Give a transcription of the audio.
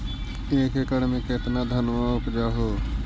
एक एकड़ मे कितना धनमा उपजा हू?